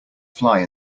fly